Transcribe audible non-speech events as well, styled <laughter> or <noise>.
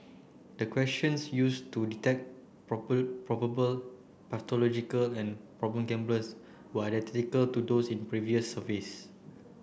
the questions use to detect <unintelligible> probable pathological and problem gamblers were <unintelligible> to those in previous surveys